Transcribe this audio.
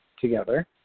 together